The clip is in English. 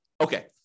Okay